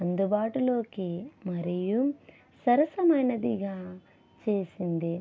అందుబాటులోకి మరియు సరసమైనదిగా చేసింది